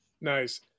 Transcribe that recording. nice